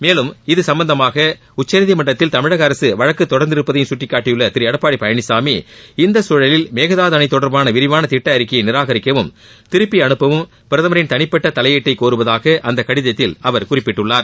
மேலும் இதுசும்பந்தமாக உச்சநீதிமன்றத்தில் தமிழக அரசு வழக்கு தொடர்ந்திருப்பதையும் சுட்டிக்காட்டியுள்ள திரு எடப்பாடி பழனிசாமி இந்த சூழலில் மேகதாது அணை தொடர்பான விரிவான திட்ட அறிக்கையை நிராகரிக்கவும் திருப்பி அனுப்பவும் பிரதமரின் தனிப்பட்ட தலையீட்டை கோருவதாக அந்தக் கடிதத்தில் குறிப்பிட்டுள்ளார்